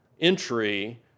entry